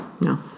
No